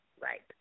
right